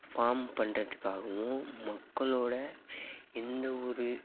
form பண்ணுறதுக்காகவும் மக்களோட எந்த ஒரு